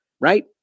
right